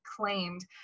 claimed